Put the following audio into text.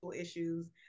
issues